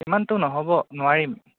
ইমানটো নহ'ব নোৱাৰিম